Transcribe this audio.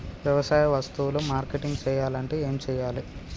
వ్యవసాయ వస్తువులు మార్కెటింగ్ చెయ్యాలంటే ఏం చెయ్యాలే?